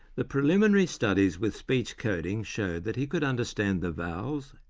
the preliminary studies with speech coding showed that he could understand the vowels,